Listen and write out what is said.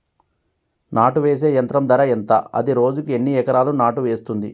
నాటు వేసే యంత్రం ధర ఎంత? అది రోజుకు ఎన్ని ఎకరాలు నాటు వేస్తుంది?